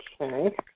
Okay